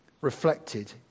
reflected